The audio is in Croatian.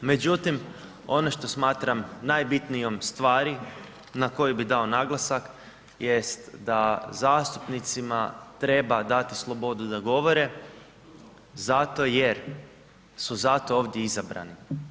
Međutim, ono što smatram najbitnijom stvari na koju bi dao naglasak jest da zastupnicima treba dati slobodu da govore zato jer su za to ovdje izabrani.